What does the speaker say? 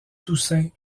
toussaint